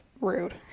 rude